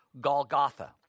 Golgotha